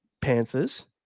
Panthers